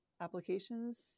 applications